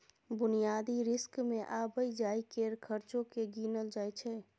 बुनियादी रिस्क मे आबय जाय केर खर्चो केँ गिनल जाय छै